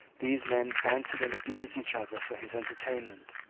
these men bantered and abused each other for his entertainment.